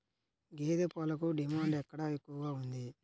గేదె పాలకు డిమాండ్ ఎక్కడ ఎక్కువగా ఉంది?